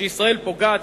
שישראל פוגעת,